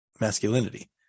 masculinity